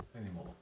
anymore